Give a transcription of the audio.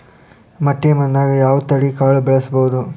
ಮಟ್ಟಿ ಮಣ್ಣಾಗ್, ಯಾವ ತಳಿ ಕಾಳ ಬೆಳ್ಸಬೋದು?